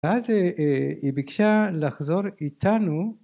אז היא ביקשה לחזור איתנו